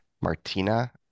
Martina